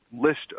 list